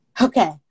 Okay